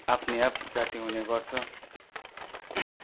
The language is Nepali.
आफै आफ जाती हुनेगर्छ